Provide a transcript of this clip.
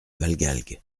valgalgues